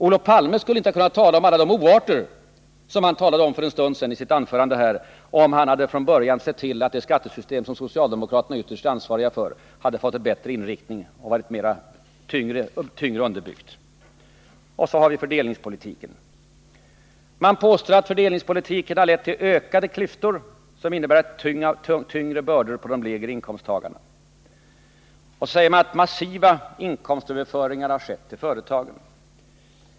Olof Palme skulle inte ha kunnat tala om alla de oarter som han för en stund sedan nämnde i sitt anförande, om han från början hade sett till att det skattesystem som socialdemokraterna ytterst är ansvariga för hade fått en bättre inriktning och varit bättre underbyggt. Och så har vi fördelningspolitiken. Olof Palme påstår att fördelningspolitiken har lett till ökade klyftor och att allt tyngre bördor lagts på de lägre inkomsttagarna. Vidare säger han att massiva inkomstöverföringar har skett till företagen.